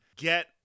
get